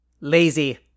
Lazy